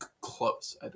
close